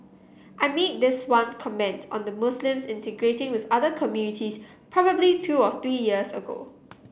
I made this one comment on the Muslims integrating with other communities probably two or three years ago